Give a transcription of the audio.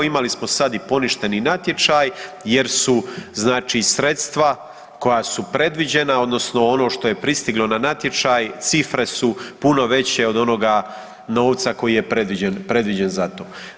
Imali smo sad i poništeni natječaj jer su znači sredstva koja su predviđena odnosno ono što je pristiglo na natječaj cifre su puno veće od onoga novca koji je predviđen, predviđen za to.